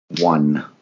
One